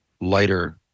lighter